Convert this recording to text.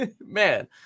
Man